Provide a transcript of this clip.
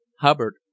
Hubbard